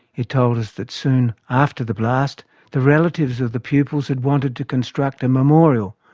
it told us that soon after the blast the relatives of the pupils had wanted to construct a memorial.